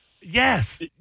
Yes